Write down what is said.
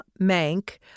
Mank